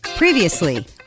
Previously